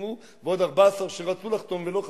שחתמו ועוד 14 שרצו לחתום ולא חתמו.